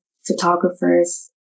photographers